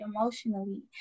emotionally